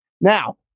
Now